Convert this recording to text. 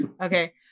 okay